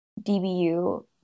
dbu